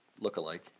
look-alike